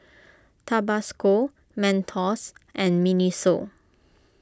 Tabasco Mentos and Miniso